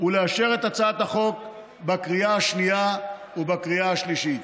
ולאשר את הצעת החוק בקריאה השנייה ובקריאה השלישית.